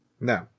no